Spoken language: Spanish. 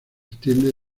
extiende